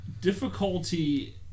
difficulty